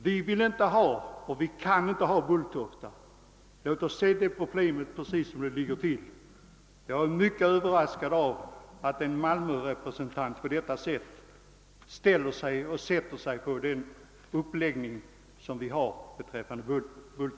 Vi vill inte och vi kan inte ha kvar Bulltofta. Jag är därför mycket överraskad över att en malmörepresentant vänder sig mot uppläggningen beträffande Bulltofta på det sätt som här skett.